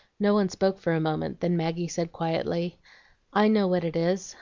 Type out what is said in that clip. no one spoke for a moment, then maggie said quietly i know what it is.